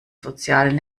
sozialen